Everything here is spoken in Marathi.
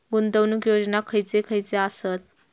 गुंतवणूक योजना खयचे खयचे आसत?